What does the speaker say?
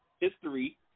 history